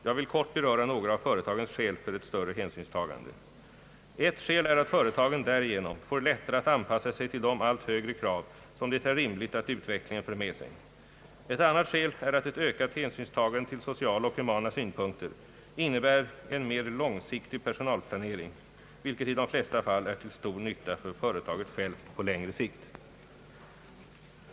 Jag vill kort beröra några av företagens skäl för ett större hänsynstagande. Ett skäl är att företagen därigenom får lättare att anpassa sig till de allt högre krav som det är rimligt att utvecklingen för med sig. Ett annat skäl är att ett ökat hänsynstagande till sociala och humana synpunkter innebär en mer långsiktig personalplanering vilket i de flesta fall är till stor nytta för företaget självt på längre sikt.